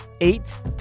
Eight